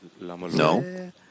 No